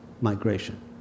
migration